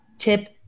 tip